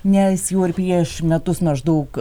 nes jau ir prieš metus maždaug